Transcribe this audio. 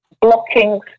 blocking